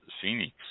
Phoenix